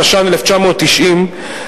התש"ן 1990,